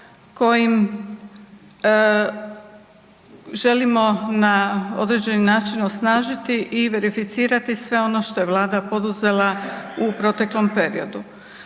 kojim želimo na određeni način osnažiti i verificirati sve ono što je vlada poduzela u proteklom periodu.